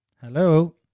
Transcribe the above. hello